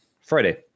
Friday